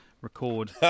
record